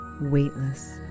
weightless